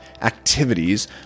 activities